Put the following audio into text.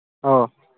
ꯑꯧ